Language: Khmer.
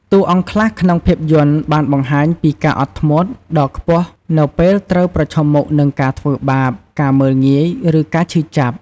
តួអង្គខ្លះក្នុងភាពយន្តបានបង្ហាញពី ការអត់ធ្មត់ ដ៏ខ្ពស់នៅពេលត្រូវប្រឈមមុខនឹងការធ្វើបាប ការមើលងាយ ឬការឈឺចាប់។